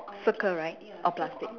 circle right